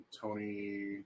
Tony